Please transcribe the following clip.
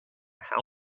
how